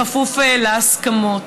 בכפוף להסכמות.